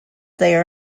they